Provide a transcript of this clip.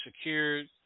secured